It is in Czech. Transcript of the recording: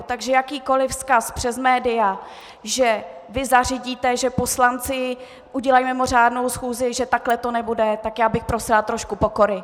Takže jakýkoli vzkaz přes média, že vy zařídíte, že poslanci udělají mimořádnou schůzi, že takhle to nebude, tak já bych prosila trošku pokory.